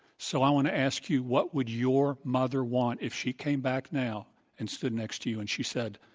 so i want to ask you, what would your mother want if she came back now and stood next to you? and she said,